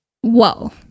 whoa